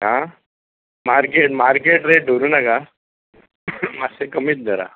आं market market rate धरूं नाका हां मातशे कमीच धरा